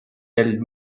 ailes